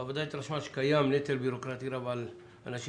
הוועדה התרשמה שקיים נטל ביורוקרטי רב על אנשים